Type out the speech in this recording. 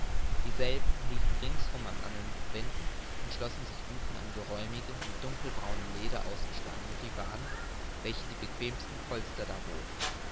dieselben liefen ringsum an allen wänden und schlossen sich unten an geräumige mit dunkelbraunem leder ausgeschlagene divane welche die bequemsten polster darboten